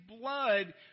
blood